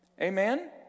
Amen